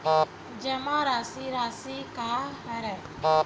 जमा राशि राशि का हरय?